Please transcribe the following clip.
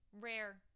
rare